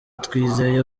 twizeye